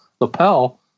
lapel